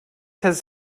has